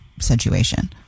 situation